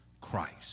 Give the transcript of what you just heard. Christ